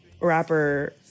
rapper